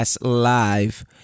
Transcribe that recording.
live